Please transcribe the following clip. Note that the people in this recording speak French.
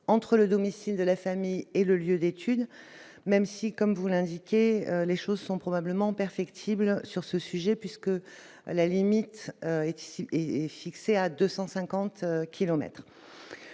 entre le domicile de la famille est le lieu d'études, même si, comme vous l'indiquez, les choses sont probablement perfectible sur ce sujet puisque la limite est ici est